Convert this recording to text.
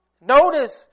Notice